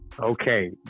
okay